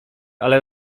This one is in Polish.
ale